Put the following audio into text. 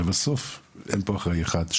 ובסוף אין פה אחראי אחד.